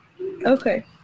Okay